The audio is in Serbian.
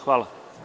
Hvala.